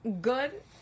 good